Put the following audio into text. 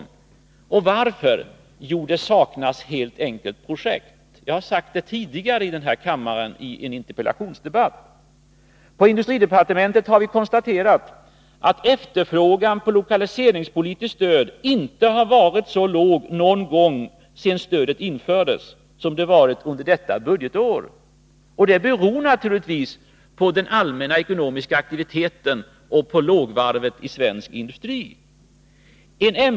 Varför är det så? Jo, det saknas helt enkelt projekt. Det har jag sagt tidigare i denna kammare i en interpellationsdebatt. På industridepartementet har vi konstaterat att efterfrågan på lokaliseringsstöd inte har varit så låg någon gång sedan stödet infördes som under detta budgetår. Det beror naturligtvis på den allmänna ekonomiska aktiviteten och på lågvarvet i svensk industri.